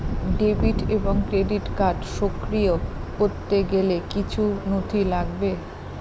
Debit এবং credit card সক্রিয় করতে গেলে কিছু নথি লাগবে?